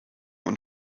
und